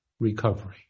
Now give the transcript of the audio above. recovery